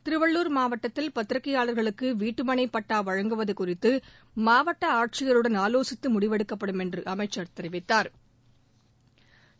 திருவள்ளூர் மாவட்டத்தில் பத்திரிக்கையாளர்களுக்கு வீட்டுமளை பட்டா வழங்குவது குறித்து மாவட்ட ஆட்சியருடன் ஆவோசித்து முடிவெடுக்கப்படும் என்று அமைச்சா் தெரிவித்தாா்